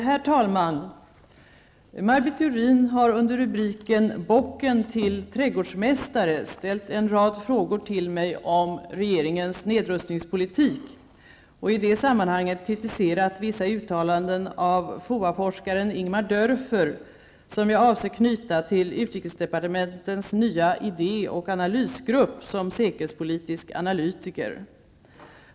Herr talman! Maj Britt Theorin har under rubriken ''Bocken till trädgårdsmästare'' ställt en rad frågor till mig om regeringens nedrustningspolitik och i det sammanhanget kritiserat vissa uttalanden av FOA-forskaren Ingemar Dörfer, som jag avser knyta till utrikesdepartementets nya idé och analysgrupp som säkerhetspolitisk analytiker.